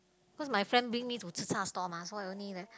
because my friend bring me to tze-char stall mah so only like